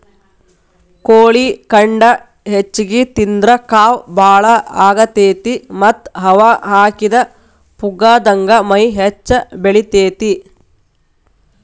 ಕೋಳಿ ಖಂಡ ಹೆಚ್ಚಿಗಿ ತಿಂದ್ರ ಕಾವ್ ಬಾಳ ಆಗತೇತಿ ಮತ್ತ್ ಹವಾ ಹಾಕಿದ ಪುಗ್ಗಾದಂಗ ಮೈ ಹೆಚ್ಚ ಬೆಳಿತೇತಿ